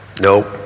Nope